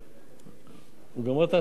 הוא גמר את ההצעות שלו,